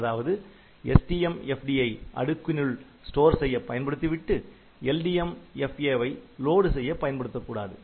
அதாவது STMFD ஐ அடுக்கினுள் ஸ்டோர் செய்ய பயன்படுத்திவிட்டு LDMFA வை லோடு செய்ய பயன்படுத்தக்கூடாது